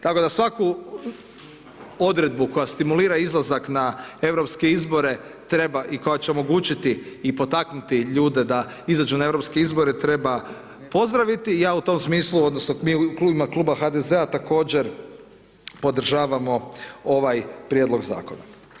Tako da svaku odredbu koja stimulira izlazak na europske izbore treba i koja će omogućiti i potaknuti ljude da izađu na europske izbore treba pozdraviti i ja u tom smislu odnosno mi u ime Kluba HDZ-a također podržavamo ovaj prijedlog Zakona.